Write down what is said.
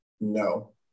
No